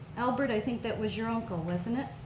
albert i think that was your uncle wasn't it?